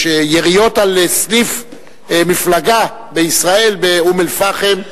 יריות על סניף מפלגה בישראל באום-אל-פחם.